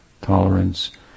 tolerance